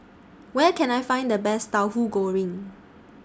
Where Can I Find The Best Tahu Goreng